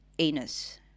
anus